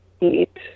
eat